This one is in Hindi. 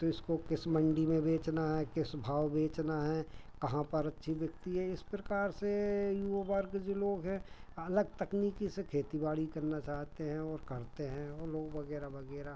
तो इसको किस मंडी में बेचना है किस भाव बेचना है कहाँ पर अच्छी बिकती है इस प्रकार से युवा वर्ग जो लोग हैं अलग तकनीकी से खेती बाड़ी करना चाहते हैं और करते हैं वे लोग वग़ैरह वग़ैरह